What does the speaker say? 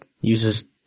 uses